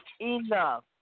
enough